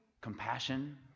compassion